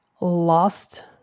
lost